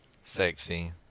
Sexy